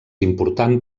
important